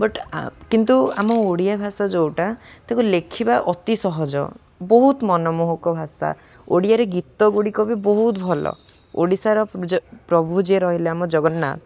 but କିନ୍ତୁ ଆମ ଓଡ଼ିଆ ଭାଷା ଯେଉଁଟା ତାକୁ ଲେଖିବା ଅତି ସହଜ ବହୁତ ମନମୋହକ ଭାଷା ଓଡ଼ିଆରେ ଗୀତ ଗୁଡ଼ିକ ବି ବହୁତ ଭଲ ଓଡ଼ିଶାର ପ୍ରଭୁ ଯିଏ ରହିଲେ ଆମ ଜଗନ୍ନାଥ